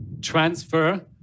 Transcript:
transfer